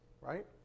right